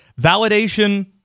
Validation